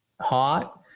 hot